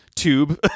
tube